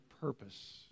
purpose